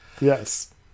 Yes